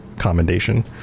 commendation